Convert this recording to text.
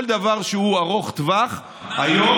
כל דבר שהוא ארוך טווח היום,